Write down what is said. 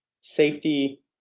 safety